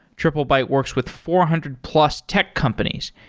triplebyte works with four hundred plus tech companies,